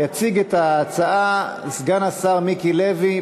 יציג את ההצעה סגן השר מיקי לוי.